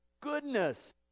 goodness